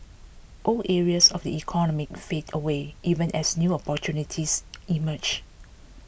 old areas of the economy fade away even as new opportunities emerge